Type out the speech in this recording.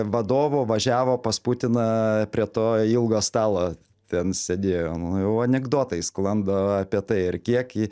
vadovų važiavo pas putiną prie to ilgo stalo ten sėdėjo nu jau anekdotai sklando apie tai ar kiek jį